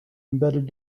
embedded